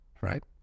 right